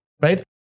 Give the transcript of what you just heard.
Right